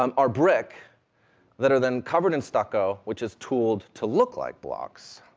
um are brick that are then covered in stucco, which is tooled to look like blocks,